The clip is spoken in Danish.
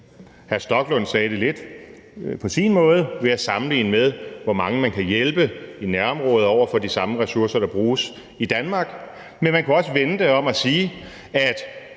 Stoklund sagde det lidt på sin måde ved at sammenligne med, hvor mange man kan hjælpe i nærområderne med de samme ressourcer, der bruges i Danmark. Men man kunne så også vende det om og sige, at